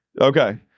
Okay